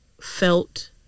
felt